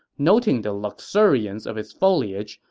noting the luxuriance of its foliage,